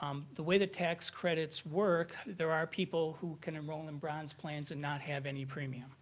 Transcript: um the way that tax credits work, there are people who can enroll in bronze plans and not have any premium.